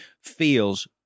feels